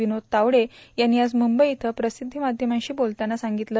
विनोद तावडे यांनी आज मुंबई इथं प्रसिध्दीमाध्यमांशी बोलताना स्पष्ट केलं